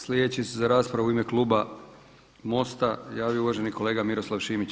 Sljedeći se za raspravu u ime Kluba MOST-a javio uvaženi kolega Miroslav Šimić.